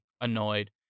annoyed